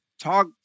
talk